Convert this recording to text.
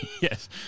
Yes